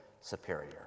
superior